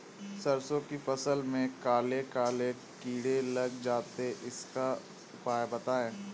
सरसो की फसल में काले काले कीड़े लग जाते इसका उपाय बताएं?